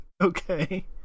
Okay